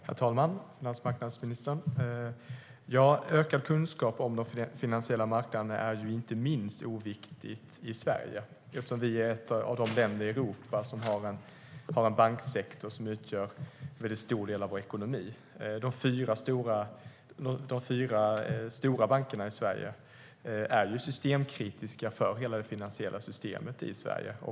Herr talman! Finansmarknadsministern! Ökad kunskap om de finansiella marknaderna är inte oviktigt, inte minst i Sverige eftersom vi är ett av de länder i Europa som har en banksektor som utgör en stor del av vår ekonomi.De fyra stora bankerna i Sverige är systemkritiska för hela det svenska finansiella systemet.